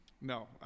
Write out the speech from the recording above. No